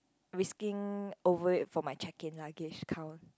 risking over it for my check in luggage count